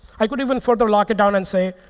i could even further lock it down and say,